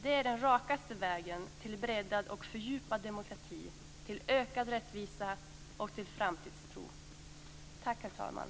Det är den rakaste vägen till en breddad och fördjupad demokrati, till ökad rättvisa och till framtidstro. Tack, herr talman!